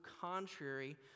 contrary